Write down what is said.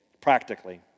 practically